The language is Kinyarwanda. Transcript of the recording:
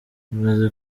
maze